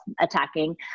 attacking